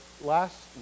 last